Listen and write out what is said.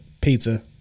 pizza